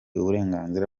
uburenganzira